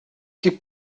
gibt